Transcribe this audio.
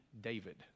David